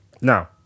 Now